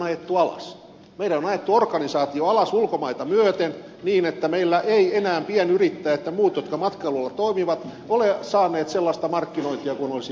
meillä on ajettu organisaatio alas ulkomaita myöten niin että meillä eivät enää pienyrittäjät ja muut jotka matkailualalla toimivat ole saaneet sellaista markkinointia kuin olisi pitänyt